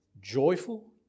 joyful